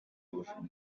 bujumbura